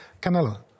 Canelo